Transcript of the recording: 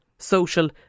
social